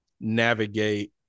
navigate